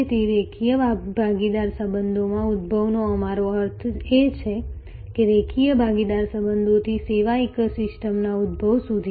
તેથી રેખીય ભાગીદાર સંબંધોના ઉદભવનો અમારો અર્થ એ છે રેખીય ભાગીદાર સંબંધોથી સેવા ઇકોસિસ્ટમના ઉદભવ સુધી